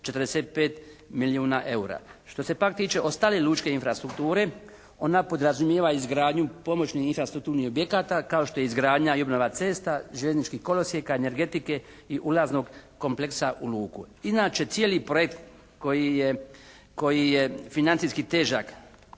45 milijuna eura. Što se pak tiče o … /Govornik se ne razumije./ … infrastrukture. Ona podrazumijeva izgradnju pomoći infrastrukturni objekata kao što je izgradnja i obnova cesta, željeznički kolosijeka energetike i ulaznog kompleksa u luku. Inače, cijeli projekt koji je financijski težak